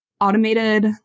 automated